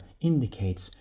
indicates